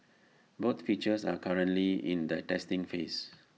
both features are currently in the testing phase